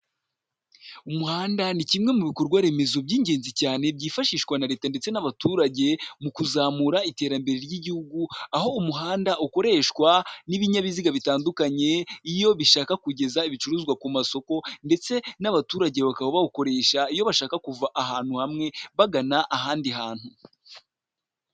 Umuhanda ni kimwe mu bikorwa remezo by'ingenzi cyane byifashishwa na leta ndetse n'abaturage mu kuzamura iterambere ry'igihugu, aho umuhanda ukoreshwa n'ibinyabiziga bitandukanye, iyo bishaka kugeza ibicuruzwa ku masoko ndetse n'abaturage bakaba bawukoresha iyo bashaka kuva ahantu hamwe bagana ahandi hantu.